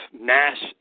Nash